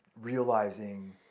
realizing